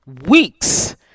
weeks